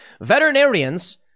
Veterinarians